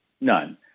None